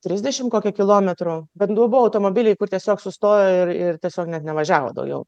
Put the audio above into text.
trisdešim kokį kilometrų bet nu buvo automobiliai kur tiesiog sustojo ir ir tiesiog net nevažiavo daugiau